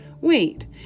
Wait